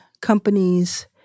companies